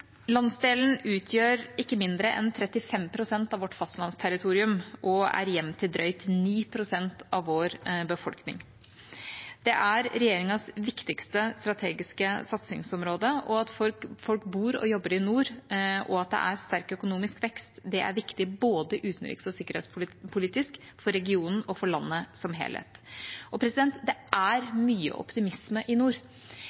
Landsdelen utgjør ikke mindre enn 35 pst. av vårt fastlandsterritorium og er hjemmet til drøyt 9 pst. av vår befolkning. Det er regjeringas viktigste strategiske satsingsområde, og at folk bor og jobber i nord, og at det er sterk økonomisk vekst, er viktig både utenriks- og sikkerhetspolitisk, for regionen og for landet som helhet. Og det er mye optimisme i nord. Det